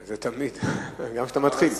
זה תמיד, גם כשאתה מתחיל.